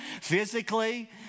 physically